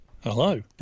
Hello